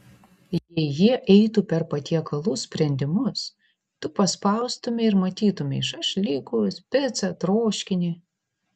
jei jie eitų per patiekalų sprendimus tu paspaustumei ir matytumei šašlykus picą troškinį